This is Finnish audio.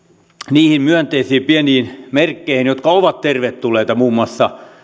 niihin myönteisiin pieniin merkkeihin jotka ovat tervetulleita muun muassa